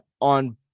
on